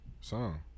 song